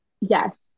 yes